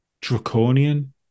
draconian